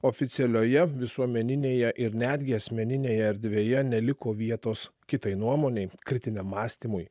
oficialioje visuomeninėje ir netgi asmeninėje erdvėje neliko vietos kitai nuomonei kritiniam mąstymui